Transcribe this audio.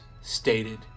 stated